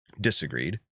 disagreed